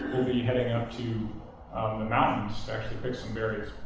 we'll be heading up to the mountains to actually pick some berries.